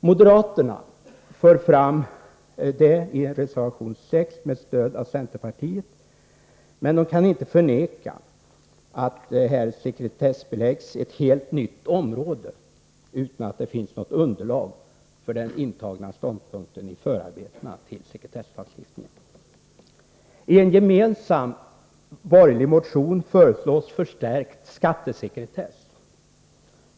Moderaterna för fram detta i reservation 6 med stöd av centerpartiet, men de kan inte förneka att här skulle sekretessbeläggas ett helt nytt område utan att det i förarbetena till sekretesslagstiftningen finns något underlag för den intagna ståndpunkten. I en gemensam borgerlig motion föreslås förstärkt skattesekretess.